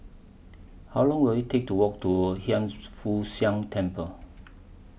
How Long Will IT Take to Walk to Hiang Foo Siang Temple